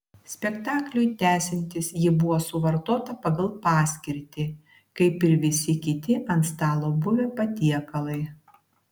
spektakliui tęsiantis ji buvo suvartota pagal paskirtį kaip ir visi kiti ant stalo buvę patiekalai